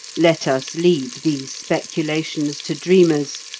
let us leave these speculations to dreamers,